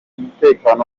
umutekano